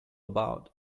about